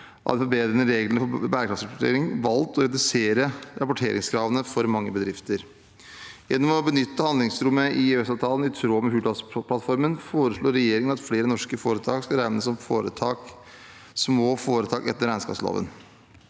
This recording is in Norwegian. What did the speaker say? av de forbedrede reglene for bærekraftsrapportering, valgt å redusere rapporteringskravene for mange bedrifter. Gjennom å benytte handlingsrommet i EØS-avtalen, i tråd med Hurdalsplattformen, foreslår regjeringen at flere norske foretak skal regnes som små foretak etter regnskapsloven.